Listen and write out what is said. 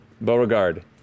Beauregard